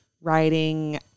writing